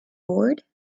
bored